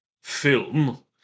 film